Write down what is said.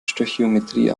stöchiometrie